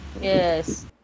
Yes